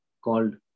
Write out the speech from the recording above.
called